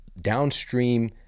downstream